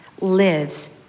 lives